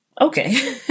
okay